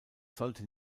sollte